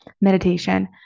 meditation